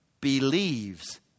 believes